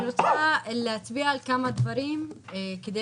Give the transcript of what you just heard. אני רוצה להצביע על כמה דברים כדי